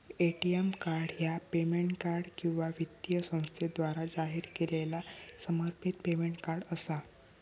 ATM card ह्या payment card किंवा वित्तीय संस्थेद्वारा जारी केलेला समर्पित पेमेंट कार्ड असा